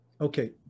Okay